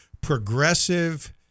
progressive